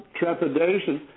trepidation